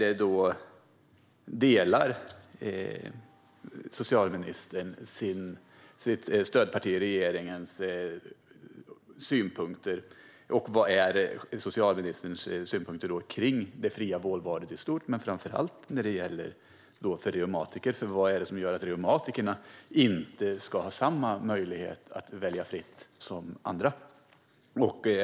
Delar socialministern regeringens stödpartis synpunkter? Vad är då socialministerns synpunkter kring det fria vårdvalet i stort, framför allt när det gäller reumatiker? Vad är det som gör att reumatiker inte ska ha samma möjlighet som andra att välja fritt?